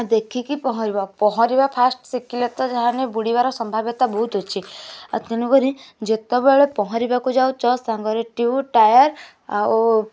ଦେଖିକି ପହଁରିବ ପହଁରିବା ଫାଷ୍ଟ୍ ଶିଖିଲେ ତ ଯାହାହେନେ ବୁଡ଼ିବାର ସମ୍ଭାବତା ବହୁତ ଅଛି ଆଉ ତେଣୁ କରି ଯେତେବେଳେ ପହଁରିବାକୁ ଯାଉଛ ସାଙ୍ଗରେ ଟ୍ୟୁ ଟାୟାର୍ ଆଉ